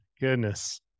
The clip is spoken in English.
Goodness